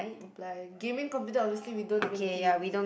apply gaming computer obviously we don't even game